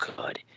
good